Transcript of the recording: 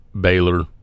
Baylor